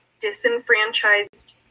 disenfranchised